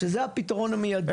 שזה הפתרון המידי.